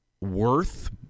worth